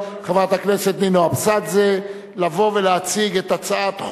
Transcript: עברה בקריאה ראשונה ותועבר לוועדת העבודה,